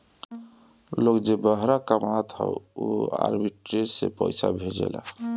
लोग जे बहरा कामत हअ उ आर्बिट्रेज से पईसा भेजेला